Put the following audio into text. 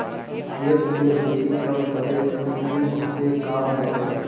केश में रुसी कम करे में इ बहुते काम देला